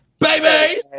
baby